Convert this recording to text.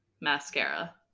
mascara